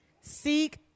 Seek